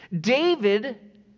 David